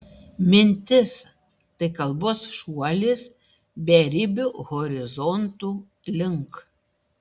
mintis tai kalbos šuolis beribių horizontų link